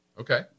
Okay